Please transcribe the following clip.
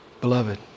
beloved